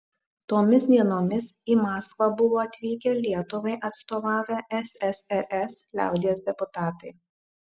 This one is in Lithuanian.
tomis dienomis į maskvą buvo atvykę lietuvai atstovavę ssrs liaudies deputatai